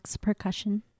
percussion